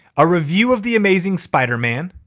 a review of the amazing spider man,